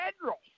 federal